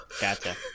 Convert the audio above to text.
Gotcha